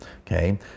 okay